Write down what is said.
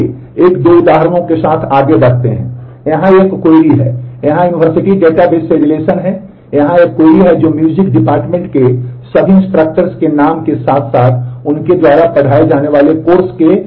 आइए एक दो उदाहरणों के साथ आगे बढ़ते हैं यहाँ एक क्वेरी का पता लगाता है